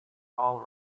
all